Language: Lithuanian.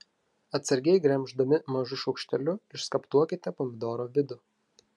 atsargiai gremždami mažu šaukšteliu išskaptuokite pomidoro vidų